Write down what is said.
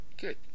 good